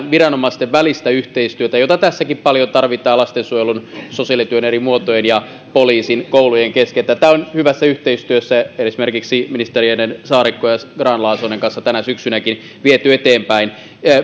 viranomaisten välistä yhteistyötä jota tässäkin paljon tarvitaan lastensuojelun sosiaalityön eri muotojen poliisin ja koulujen kesken tätä on hyvässä yhteistyössä esimerkiksi ministereiden saarikko ja grahn laasonen kanssa tänä syksynäkin viety eteenpäin